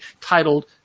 titled